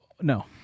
No